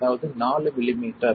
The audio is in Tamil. அதாவது 4 மில்லிமீட்டர்